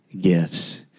gifts